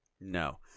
No